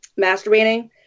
masturbating